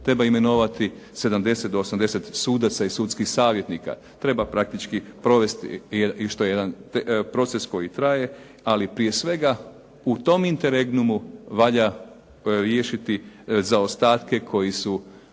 treba imenovati 70 do 80 sudaca i sudskih savjetnika, treba praktički provesti i što je jedan proces koji traje, ali prije svega u tom interegnumu valja riješiti zaostatke o kojima